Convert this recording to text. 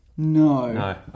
No